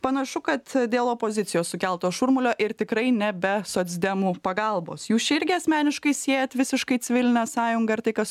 panašu kad dėl opozicijos sukelto šurmulio ir tikrai ne be socdemų pagalbos jūs čia irgi asmeniškai siejat visiškai civilinę sąjungą ir tai kas